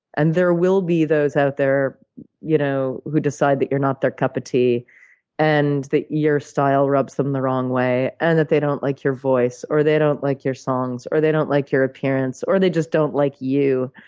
and there will be those out there you know who decide that you're not their cup of tea and that your style rubs them the wrong way and that they don't like your voice, or they don't like your songs, or they don't like your appearance, or they just don't like you.